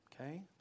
Okay